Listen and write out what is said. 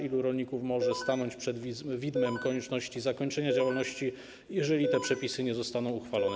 Ilu rolników może stanąć przed widmem konieczności zakończenia działalności, jeżeli te przepisy nie zostaną uchwalone?